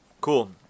cool